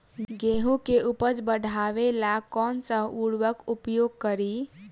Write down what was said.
गेहूँ के उपज बढ़ावेला कौन सा उर्वरक उपयोग करीं?